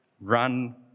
Run